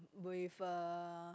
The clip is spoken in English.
with a